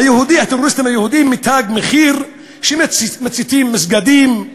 הטרוריסטים היהודים מ"תג מחיר" שמציתים מסגדים,